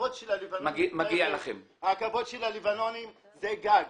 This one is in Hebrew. הכבוד של הלבנונים זה גג.